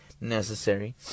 necessary